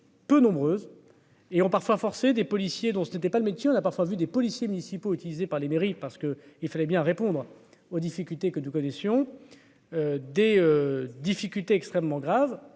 Peu nombreuses et ont parfois forcé des policiers, dont ce n'était pas le métier, on a parfois vu des policiers municipaux, utilisé par les mairies parce que il fallait bien répondre aux difficultés que nous connaissions des difficultés extrêmement grave